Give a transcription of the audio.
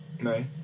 No